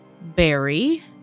Barry